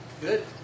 good